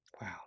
wow